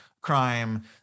crime